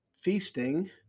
feasting